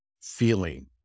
feeling